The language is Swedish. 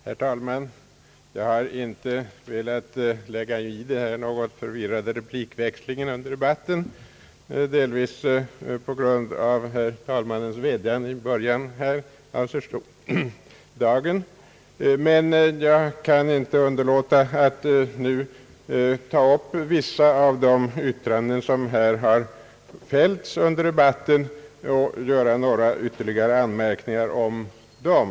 Herr talman! Jag har inte velat lägga mig i den något förvirrade replikväxlingen, delvis på grund av herr talmannens vädjan vid början av dagens förhandlingar. Men jag kan inte underlåta att nu ta upp vissa av de yttranden som har fällts under debatten och göra några anmärkningar kring dem.